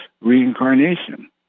reincarnation